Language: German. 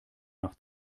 nach